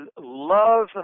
love